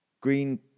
green